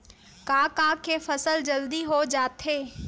का का के फसल जल्दी हो जाथे?